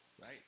right